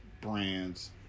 brands